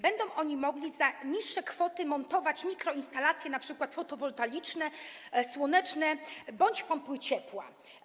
Będą oni mogli za niższe kwoty montować mikroinstalacje np. fotowoltaiczne, słoneczne bądź pompy ciepła.